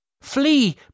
Flee